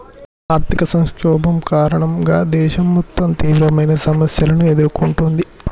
ఆర్థిక సంక్షోభం కారణంగా దేశం మొత్తం తీవ్రమైన సమస్యలను ఎదుర్కొంటుంది